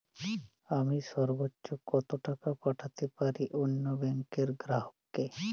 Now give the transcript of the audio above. আমি সর্বোচ্চ কতো টাকা পাঠাতে পারি অন্য ব্যাংকের গ্রাহক কে?